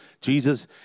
Jesus